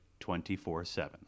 24-7